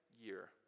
year